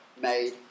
made